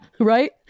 Right